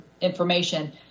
information